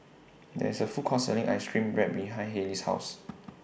There IS A Food Court Selling Ice Cream Bread behind Hailey's House